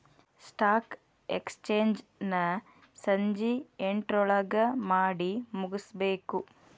stock exchange ನ ಸಂಜಿ ಎಂಟ್ರೊಳಗಮಾಡಿಮುಗ್ಸ್ಬೇಕು